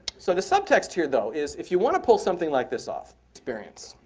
so the subtext here though is if you want to pull something like this off, experience.